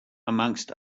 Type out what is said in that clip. amongst